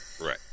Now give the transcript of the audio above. Right